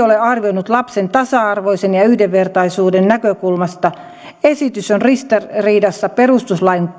ole arvioitu lasten tasa arvoisuuden ja yhdenvertaisuuden näkökulmasta esitys on ristiriidassa perustuslain